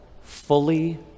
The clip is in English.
fully